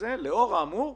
לאור האמור,